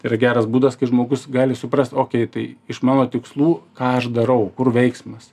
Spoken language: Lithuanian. yra geras būdas kai žmogus gali suprast o tai iš mano tikslų ką aš darau kur veiksmas